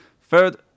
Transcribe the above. Third